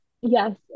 yes